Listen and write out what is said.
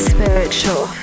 Spiritual